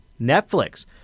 Netflix